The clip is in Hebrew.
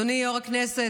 אדוני יו"ר הכנסת,